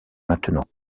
maintenant